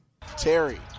Terry